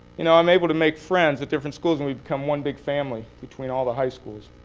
you know i'm able to make friends at different schools. and we've become one big family between all the high schools.